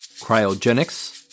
cryogenics